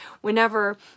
whenever